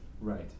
Right